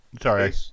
sorry